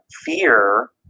fear